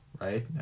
Right